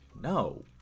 no